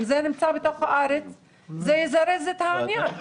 אם זה נמצא בתוך הארץ זה יזרז את העניין.